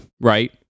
right